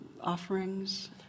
offerings